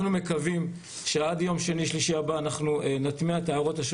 אנחנו מקווים שעד יום שני-שלישי הבא נטמיע את ההערות,